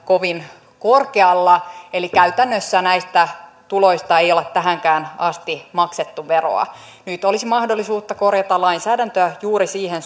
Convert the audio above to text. kovin korkealla eli käytännössä näistä tuloista ei olla tähänkään asti maksettu veroa nyt olisi mahdollisuus korjata lainsäädäntöä juuri siihen